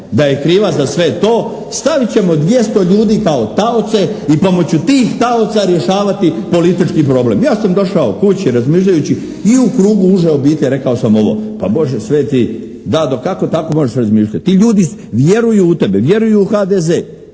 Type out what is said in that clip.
da je kriva za sve to. Stavit ćemo 200 ljudi kao taoce i pomoću tih taoca rješavati politički problem. Ja sam došao kući razmišljajući i u krugu uže obitelji rekao sam ovo, pa Bože sveti, Dado kako tako možeš razmišljati. Ti ljudi vjeruju u tebe, vjeruju u HDZ,